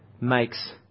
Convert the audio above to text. makes